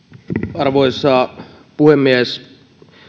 arvoisa puhemies